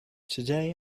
today